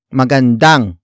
Magandang